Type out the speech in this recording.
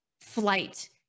flight